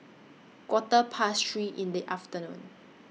Quarter Past three in The afternoon